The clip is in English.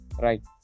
right